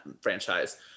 franchise